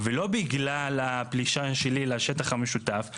ולא בגלל הפלישה שלי לשטח המשותף,